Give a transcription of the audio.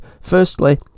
firstly